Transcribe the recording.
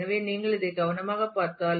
எனவே இதை நீங்கள் கவனமாகப் பார்த்தால்